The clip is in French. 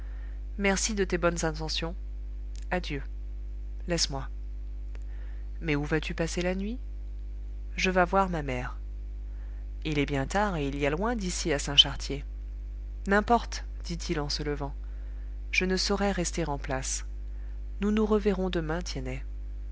merci de tes bonnes intentions adieu laisse-moi mais où vas-tu passer la nuit je vas voir ma mère il est bien tard et il y a loin d'ici à saint chartier n'importe dit-il en se levant je ne saurais rester en place nous nous reverrons demain tiennet